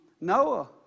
Noah